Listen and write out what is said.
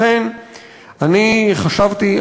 לכן אני חשבתי,